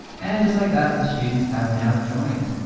and just like that, the students have now joined.